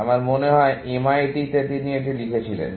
আমার মনে হয় MIT তে তিনি এটি লিখেছিলেন